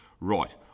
Right